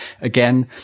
Again